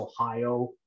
Ohio